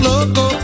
Loco